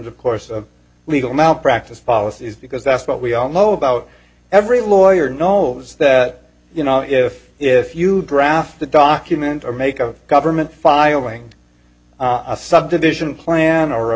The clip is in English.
of course of legal malpractise policies because that's what we all know about every lawyer knows that you know if if you draft the document or make a government filing a subdivision plan or